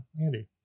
andy